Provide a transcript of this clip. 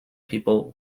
people